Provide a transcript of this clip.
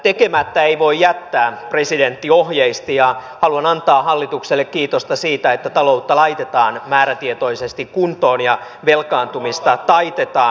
tekemättä ei voi jättää presidentti ohjeisti ja haluan antaa hallitukselle kiitosta siitä että taloutta laitetaan määrätietoisesti kuntoon ja velkaantumista taitetaan